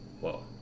whoa